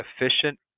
efficient